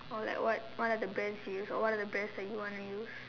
oh like what what are the Brands you use or what are the brands that you wanna use